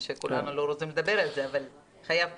זה חייב פתרון.